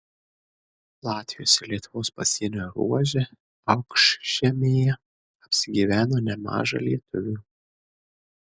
latvijos ir lietuvos pasienio ruože aukšžemėje apsigyveno nemaža lietuvių